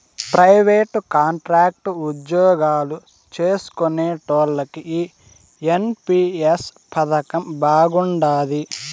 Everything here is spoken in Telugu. ప్రైవేటు, కాంట్రాక్టు ఉజ్జోగాలు చేస్కునేటోల్లకి ఈ ఎన్.పి.ఎస్ పదకం బాగుండాది